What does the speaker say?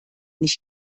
nicht